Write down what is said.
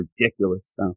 Ridiculous